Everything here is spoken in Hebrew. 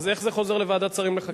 אז איך זה חוזר לוועדת שרים לחקיקה?